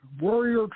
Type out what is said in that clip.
warrior